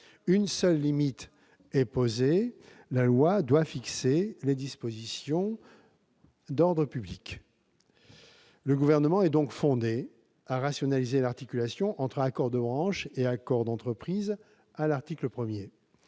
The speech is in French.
Une seule limite est posée : la loi doit fixer les dispositions d'ordre public. Le Gouvernement est donc fondé à rationaliser, à l'article 1, l'articulation entre accords de branche et accords d'entreprise. Deuxième